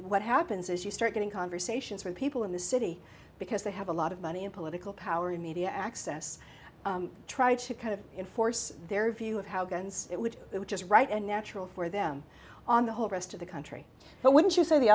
politically what happens is you start getting conversations with people in the city because they have a lot of money and political power and media access try to kind of inforce their view of how it would which is right and natural for them on the whole rest of the country but wouldn't you say the